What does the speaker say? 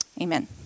Amen